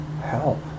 help